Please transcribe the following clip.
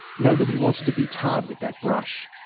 nobody wanted to be tarred with that brush,